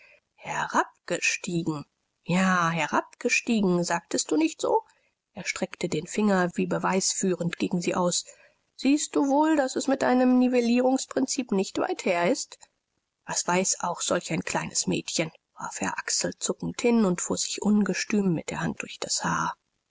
herabgestiegen ja herabgestiegen sagtest du nicht so er streckte den zeigefinger wie beweisführend gegen sie aus siehst du wohl daß es mit deinem nivellierungsprinzip nicht weit her ist was weiß auch solch ein kleines mädchen warf er achselzuckend hin und fuhr sich ungestüm mit der hand durch das haar